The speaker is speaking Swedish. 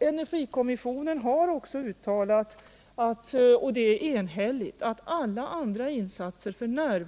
Energikommissionen har också enhälligt uttalat att alla andra insatser f. n.